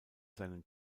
seinen